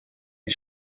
die